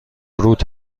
رود